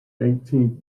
eighteenth